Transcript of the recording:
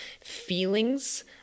feelings